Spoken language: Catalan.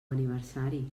aniversari